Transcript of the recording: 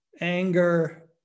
anger